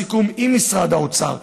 בסיכום עם משרד האוצר,